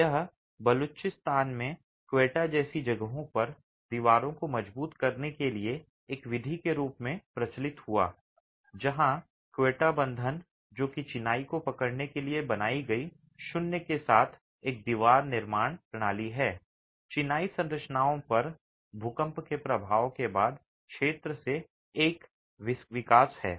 यह बलूचिस्तान में क्वेटा जैसी जगहों पर दीवारों को मजबूत करने के लिए एक विधि के रूप में प्रचलित हुआ जहां क्वेटा बंधन जो कि चिनाई को पकड़ने के लिए बनाई गई शून्य के साथ एक दीवार निर्माण प्रणाली है चिनाई संरचनाओं पर भूकंप के प्रभाव के बाद क्षेत्र से एक विकास है